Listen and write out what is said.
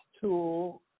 tool